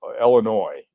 illinois